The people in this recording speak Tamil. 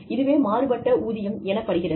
இதுவே மாறுபட்ட ஊதியம் எனப்படுகிறது